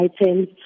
items